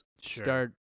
Start